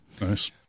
Nice